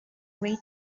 way